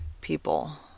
People